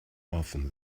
often